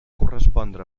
correspondre